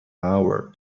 hour